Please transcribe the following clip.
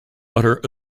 utter